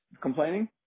complaining